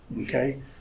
Okay